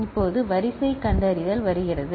இப்போது வரிசை கண்டறிதல் வருகிறது